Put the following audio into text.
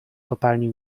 kopalni